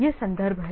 ये संदर्भ हैं